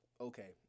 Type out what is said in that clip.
okay